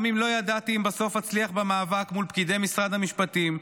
גם אם לא ידעתי אם בסוף אצליח במאבק מול פקידי משרד המשפטים,